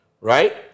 Right